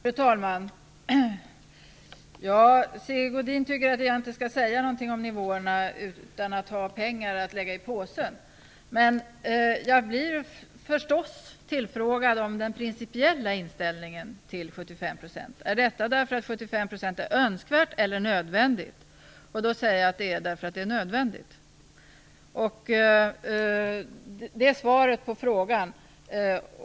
Fru talman! Sigge Godin tycker inte att jag skall säga någonting om nivåerna utan att ha pengar att lägga i påsen. Men jag blir förstås tillfrågad om den principiella inställningen till 75 %-nivån. Beror den på att 75 % är önskvärt eller nödvändigt? Då svarar jag att den beror på att det är nödvändigt. Detta är svaret på frågan.